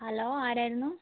hello ആരായിരുന്നു